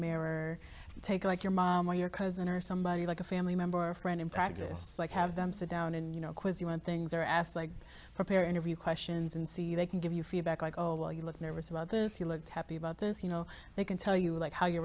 mayor take like your mom or your cousin or somebody like a family member or friend in fact just like have them sit down and you know quiz you when things are asked like prepare interview questions and see they can give you feedback like oh well you look nervous about this you looked happy about this you know they can tell you like how you are